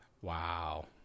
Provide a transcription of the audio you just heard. Wow